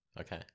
Okay